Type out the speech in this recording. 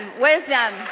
wisdom